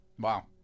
Wow